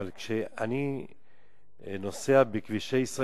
אבל כשאני נוסע בכבישי ישראל,